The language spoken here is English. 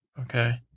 okay